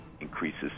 increases